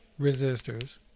resistors